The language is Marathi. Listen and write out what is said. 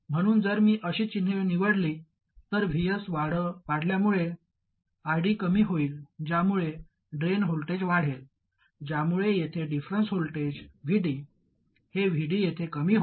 म्हणून जर मी अशी चिन्हे निवडली तर Vs वाढल्यामुळे ID कमी होईल ज्यामुळे ड्रेन व्होल्टेज वाढेल ज्यामुळे येथे डिफरंन्स व्होल्टेज Vd हे Vd येथे कमी होईल